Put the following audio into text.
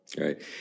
Right